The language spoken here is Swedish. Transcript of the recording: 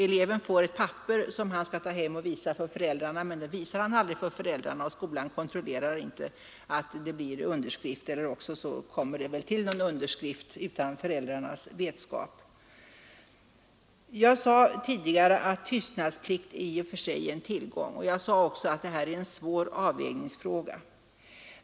Eleven får ett papper som han skall visa för föräldrarna men visar det aldrig, och skolan kontrollerar inte att det blir någon underskrift på papperet — eller en underskrift kommer till utan föräldrarnas vetskap. Jag sade tidigare att tystnadsplikt i och för sig är en tillgång. Jag sade också att detta är en svår avvägningsfråga.